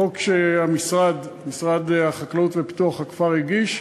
חוק שמשרד החקלאות ופיתוח הכפר הגיש.